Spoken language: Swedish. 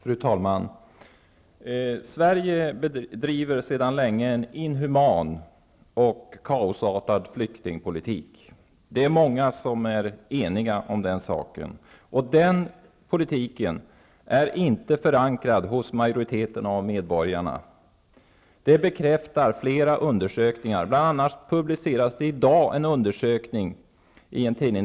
Fru talman! Sverige bedriver sedan länge en inhuman och kaosartad flyktingpolitik. Det är många som är eniga om den saken. Den politiken är inte förankrad hos majoriteten av medborgarna. Det bekräftar flera undersökningar. Bl.a. publiceras i dag en undersökning i en tidning.